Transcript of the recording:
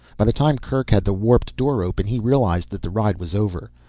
by the time kerk had the warped door open, he realized that the ride was over.